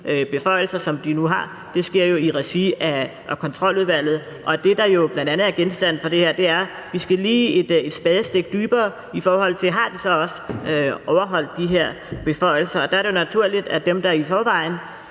beføjelser, som de nu har, er jo i regi af Kontroludvalget. Og det, der jo bl.a. er genstand for det her, er, at de lige skal et spadestik dybere, i forhold til om de så også har overholdt de her beføjelser. Der er det naturligt, at dem, der i forvejen